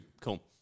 Cool